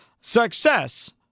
success